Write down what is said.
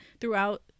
throughout